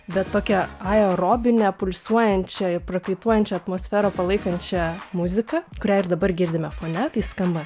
bet tokią aerobinę pulsuojančią ir prakaituojančią atmosferą palaikančią muzika kurią ir dabar girdime fone tai skamba